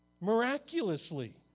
Miraculously